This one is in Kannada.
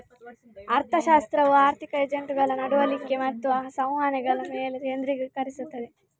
ಅರ್ಥಶಾಸ್ತ್ರವು ಆರ್ಥಿಕ ಏಜೆಂಟುಗಳ ನಡವಳಿಕೆ ಮತ್ತು ಸಂವಹನಗಳ ಮೇಲೆ ಕೇಂದ್ರೀಕರಿಸುತ್ತದೆ